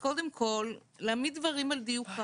אם כן, קודם כל, להעמיד דברים על דיוקם.